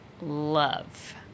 Love